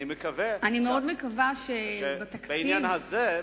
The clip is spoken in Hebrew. אני מקווה שבעניין הזה,